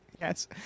Yes